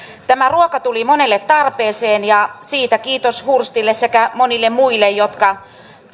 tämä ruoka tuli monelle tarpeeseen ja siitä kiitos hurstille sekä monille muille jotka